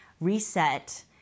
reset